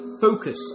focus